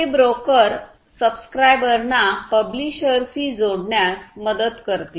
हे ब्रोकर सबस्क्राईबरना पब्लिशरशि जोडण्यात मदत करतील